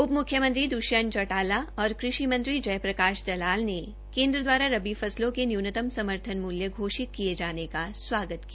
उप मुख्यमंत्री द्ष्यंत चौटाला और कृषि मंत्री जय प्रकाश दलाल ने केन्द्र दवारा रबी फसलों के न्यूनतम समर्थन मूल्य घोषित किये जाने का स्वागत किया